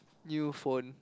new phone